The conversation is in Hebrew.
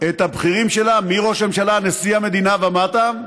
את הבכירים שלה, מראש הממשלה עד נשיא המדינה ומטה,